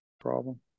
Problem